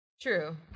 True